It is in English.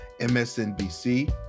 MSNBC